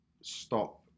stop